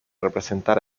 representar